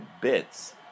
bits